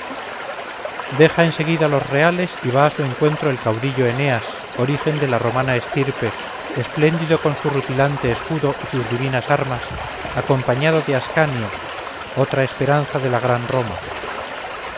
deja en seguida los reales y va a su encuentro el caudillo eneas origen de la romana estirpe espléndido con su rutilante escudo y sus divinas armas acompañado de ascanio otra esperanza de la gran roma